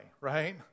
right